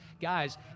guys